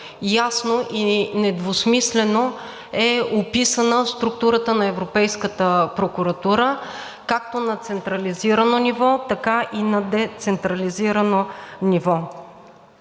ясно и недвусмислено е описана структурата на Европейската прокуратура както на централизирано ниво, така и на децентрализирано ниво.